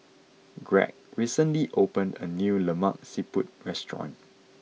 Gregg recently opened a new Lemak Siput Restaurant